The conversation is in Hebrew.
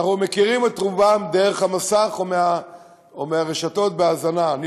אנחנו מכירים את רובם דרך המסך או מהאזנה לרשתות.